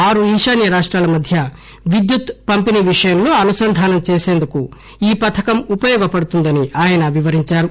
ఆరు ఈశాన్న రాష్టాల మధ్య విద్యుత్ అంశాల్లో అనుసంధానం చేసేందుకు ఈ పథకం ఉపయోగిపడుతుందని ఆయన వివరించారు